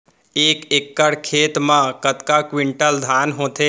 एक एकड़ खेत मा कतका क्विंटल धान होथे?